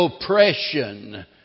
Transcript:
oppression